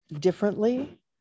differently